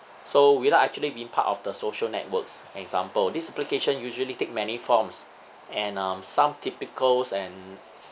so without actually being part of the social networks example this application usually take many forms and um some typicals and